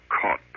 caught